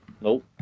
Nope